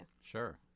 Sure